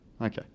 Okay